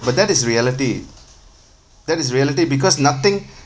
but that is reality that is reality because nothing